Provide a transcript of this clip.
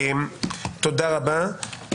תודה רבה.